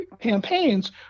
campaigns